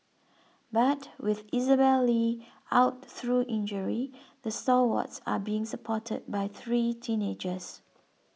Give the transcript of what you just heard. but with Isabelle Li out through injury the stalwarts are being supported by three teenagers